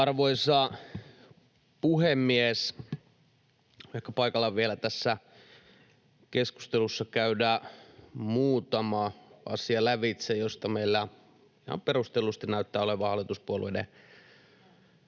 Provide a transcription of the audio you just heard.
Arvoisa puhemies! Ehkä paikallaan on tässä keskustelussa vielä käydä lävitse muutama asia, joissa meillä ihan perustellusti näyttää olevan hallituspuolueisiin